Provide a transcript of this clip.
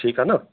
ठीकु आहे न